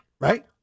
right